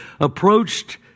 approached